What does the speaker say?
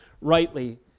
rightly